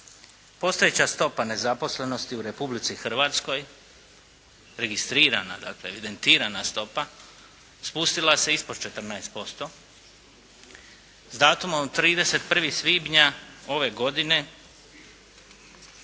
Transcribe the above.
postojeća stopa nezaposlenosti u Republici Hrvatskoj registrirana, dakle evidentirana stopa spustila se ispod 14% s datumom 31. svibnja ove godine